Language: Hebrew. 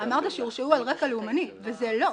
אמרת שהורשעו על רקע לאומני וזה לא.